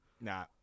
Nah